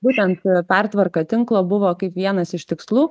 būtent ir pertvarka tinklo buvo kaip vienas iš tikslų